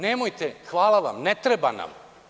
Nemojte, hvala vam, ne treba nam.